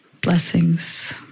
blessings